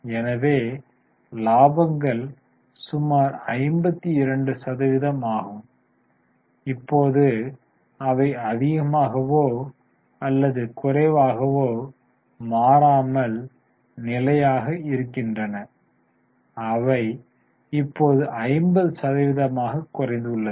எனவே இலாபங்கள் சுமார் 52 சதவிகிதம் ஆகும் இப்போது அவை அதிகமாகவோ அல்லது குறைவாகவோ மாறாமல் நிலையாக இருக்கின்றன அவை இப்போது 50 சதவீதமாக குறைந்துள்ளது